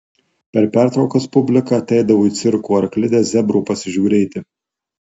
per pertraukas publika ateidavo į cirko arklidę zebro pasižiūrėti